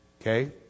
Okay